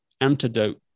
antidote